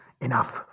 enough